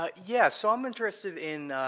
ah yeah, so i'm interested in,